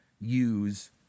use